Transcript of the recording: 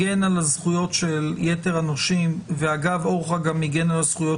הגן עלה זכויות של יתר הנושים ואגב אורחא גם הגן על הזכויות